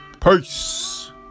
peace